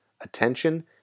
attention